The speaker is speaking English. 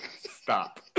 stop